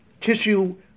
tissue